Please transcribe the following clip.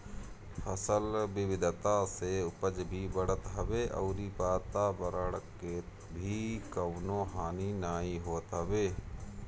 फसल विविधता से उपज भी बढ़त हवे अउरी वातवरण के भी कवनो हानि नाइ होत हवे